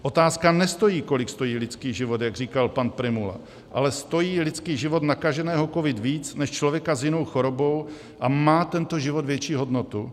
Otázka nestojí, kolik stojí lidský život, jak říkal pan Prymula, ale stojí lidský život nakaženého covidem víc než člověka s jinou chorobou a má tento život větší hodnotu?